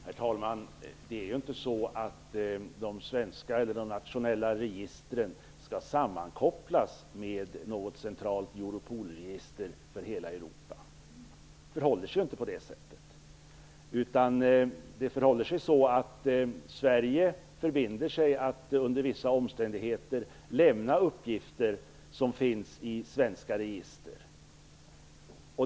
Herr talman! Det är inte så att de nationella, exempelvis de svenska, registren skall sammankopplas med något centralt Europolregister för hela Europa. Det förhåller sig inte på det sättet. Sverige förbinder sig att, under vissa omständigheter, lämna uppgifter som finns i svenska register.